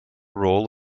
role